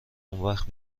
اونوقت